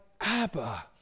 Abba